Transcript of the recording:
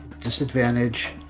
Disadvantage